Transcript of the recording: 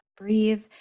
breathe